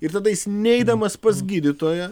ir tada jis neidamas pas gydytoją